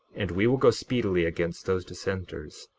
and we will go speedily against those dissenters,